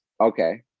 Okay